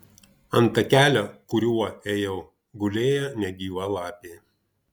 ant takelio kuriuo ėjau gulėjo negyva lapė